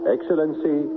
Excellency